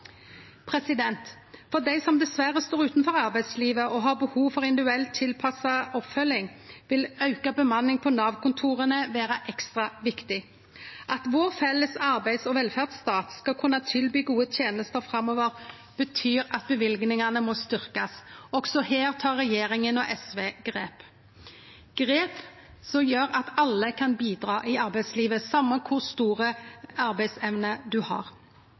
For dei som dessverre står utanfor arbeidslivet og har behov for individuelt tilpassa oppfølging, vil auka bemanning på Nav-kontora vere ekstra viktig. At vår felles arbeids- og velferdsstat skal kunne tilby gode tenester framover, betyr at løyvingane må styrkjast. Også her tek regjeringa og SV grep, grep som gjer at alle kan bidra i arbeidslivet, same kor stor arbeidsevne ein har.